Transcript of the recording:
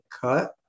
cut